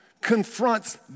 confronts